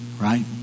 right